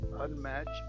unmatched